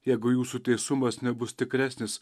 jeigu jūsų teisumas nebus tikresnis